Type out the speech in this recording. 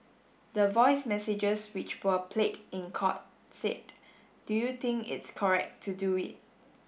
the voice messages which were played in court said do you think its correct to do it